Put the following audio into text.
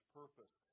purpose